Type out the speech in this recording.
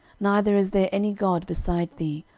neither is there any god beside thee,